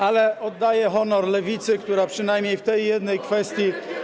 Ale oddaję honor Lewicy, która przynajmniej w tej jednej kwestii.